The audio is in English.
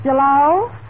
Hello